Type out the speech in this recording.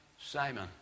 Simon